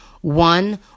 one